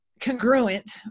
congruent